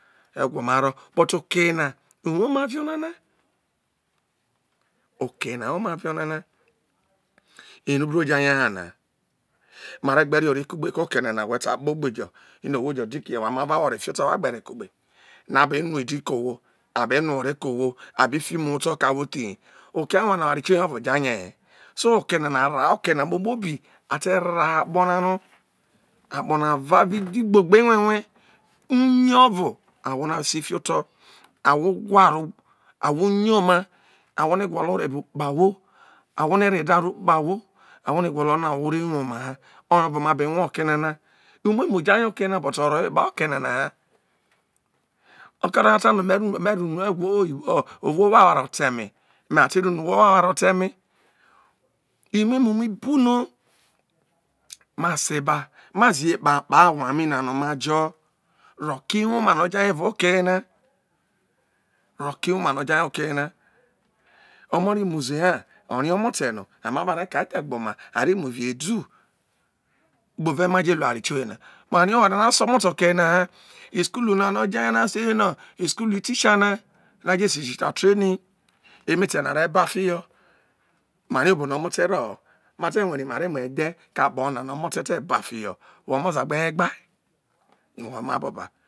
Egwo ma ro bu te oke yena o wo ma vi ona na oke ye na owoma vi ona na enu bro ja ye ha na. mare gbe re ore ku gbe ko eko nana we ta kpo ogbe jo ino owho jọ dikihe nọ wa ma va wo ore fio oto nọ wa gbe re kugbe na be niwa udi kọ owo a be nua ore ke owo a fi imu ho oto ke awho thihi oke awa na oware tioye ovo ja ye he so oke nana ara na oke na kpokpo bi a te rana akpo na nọ akpo na avo avo idhigbo gbe ewewe uye ovo ahwo.